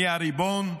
אני הריבון,